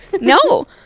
No